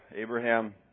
Abraham